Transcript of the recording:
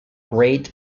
great